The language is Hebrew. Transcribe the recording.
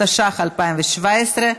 התשע"ח 2017,